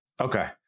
Okay